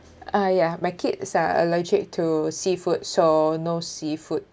ah ya my kids are allergic to seafood so no seafood